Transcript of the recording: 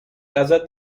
ازت